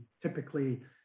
typically